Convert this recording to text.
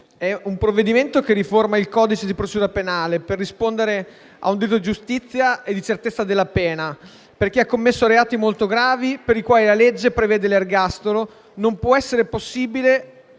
il provvedimento in esame riforma il codice di procedura penale per rispondere al diritto di giustizia e certezza della pena. Per chi ha commesso reati molto gravi, per i quali la legge prevede l'ergastolo, non può essere possibile